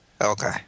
Okay